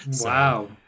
Wow